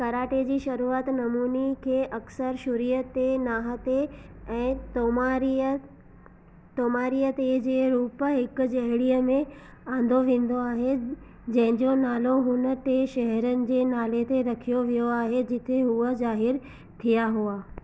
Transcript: karate जे शुरुआती नमूनी खे अक़्सरि शुरीअ ते नाहा ते ऐं तोमारीअ तोमारीअ ते जे रूप में हिक जहिड़ीअ में आंदो वींदो आहे जेंजो नालो हुन ते शहरनि जे नाले ते रखियो वियो आहे जिथे उहा ज़ाहिर थिया हुआ